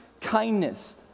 kindness